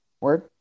Word